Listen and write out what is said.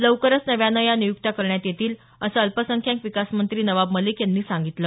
लवकरच नव्यानं या नियुक्त्या करण्यात येतील असं अल्पसंख्याक विकास मंत्री नवाब मलिक यांनी सांगितलं